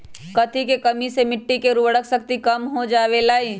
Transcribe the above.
कथी के कमी से मिट्टी के उर्वरक शक्ति कम हो जावेलाई?